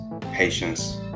patience